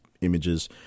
images